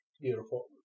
Beautiful